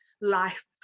life